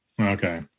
Okay